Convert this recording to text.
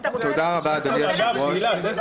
בבקשה.